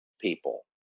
people